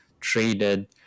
traded